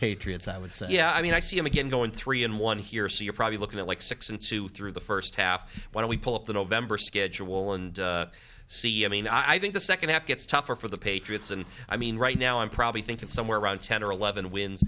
patriots i would say yeah i mean i see him again going three in one here so you're probably looking at like six into through the first half when we pull up the november schedule and see i mean i think the second half gets tougher for the patriots and i mean right now i'm probably think it's somewhere around ten or eleven w